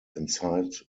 inside